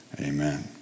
Amen